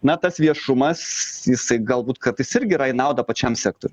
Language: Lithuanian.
na tas viešumas jisai galbūt kartais irgi yra į naudą pačiam sektoriui